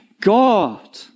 God